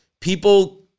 people